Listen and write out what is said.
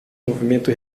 movimento